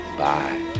bye